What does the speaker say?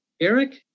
Eric